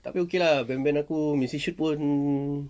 tapi okay lah band band aku missy shoot pun